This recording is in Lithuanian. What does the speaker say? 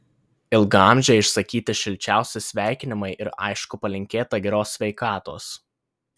ilgaamžei išsakyti šilčiausi sveikinimai ir aišku palinkėta geros sveikatos